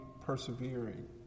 persevering